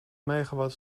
megawatt